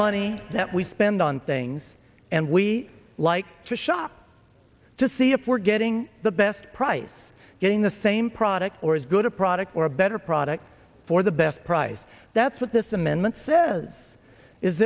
money that we spend on things and we like to shop to see if we're getting the best price getting the same product or as good a product or a better product for the best price that's what this amendment says is